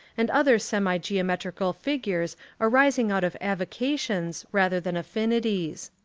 and other semi-geometrical figures arising out of avocations rather than affinities.